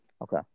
Okay